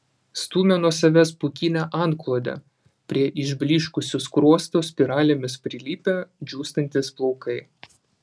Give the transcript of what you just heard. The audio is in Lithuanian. stumia nuo savęs pūkinę antklodę prie išblyškusio skruosto spiralėmis prilipę džiūstantys plaukai